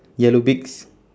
yellow beaks